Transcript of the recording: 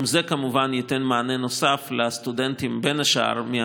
גם זה כמובן ייתן מענה נוסף בין השאר לסטודנטים